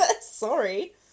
Sorry